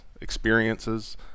experiences